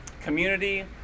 community